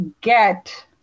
get